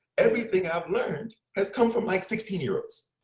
everything i've learned has come from, like, sixteen year olds.